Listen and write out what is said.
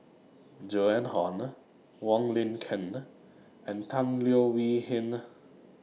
Joan Hon Wong Lin Ken and Tan Leo Wee Hin